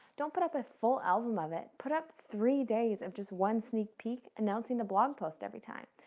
don't put up a full album of it. put up three days of just one sneak peek announcing the blog post every time,